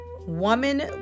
Woman